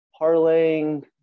parlaying